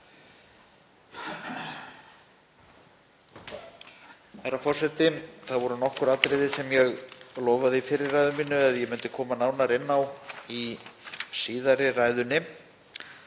Herra forseti. Það voru nokkur atriði sem ég lofaði, í fyrri ræðu minni, að ég myndi koma nánar inn á í síðari ræðunni.